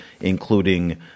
including